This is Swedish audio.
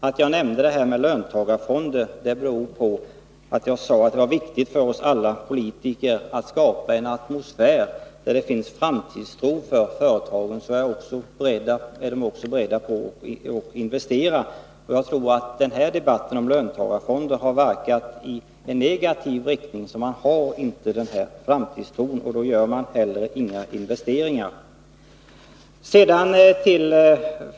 Att jag nämnde detta med löntagarfonder beror på att det är viktigt för oss alla politiker att skapa en atmosfär där det finns framtidstro i företagen. Då är de också beredda att investera. Jag tror att debatten om löntagarfonder har verkat i negativ riktning. Den har gjort att man inte har denna framtidstro, och då gör man heller inga investeringar.